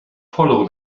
follow